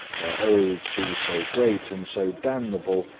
their oathes be so great and so damnable,